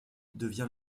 devient